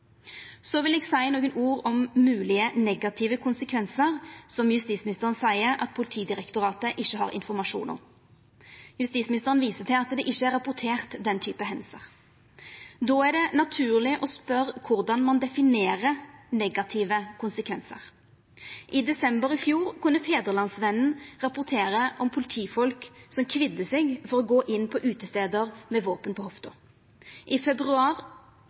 Så vil eg seia nokre ord om moglege negative konsekvensar som justisministeren seier at Politidirektoratet ikkje har informasjon om. Justisministeren viste til at det ikkje er rapportert den typen hendingar. Då er det naturleg å spørja korleis ein definerer negative konsekvensar. I desember i fjor kunne Fædrelandsvennen rapportera om politifolk som kvidde seg for å gå inn på utestader med våpen på hofta. I februar